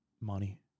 money